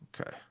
okay